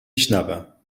شنوم